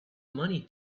money